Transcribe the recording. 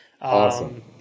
Awesome